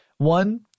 One